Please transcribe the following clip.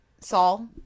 Saul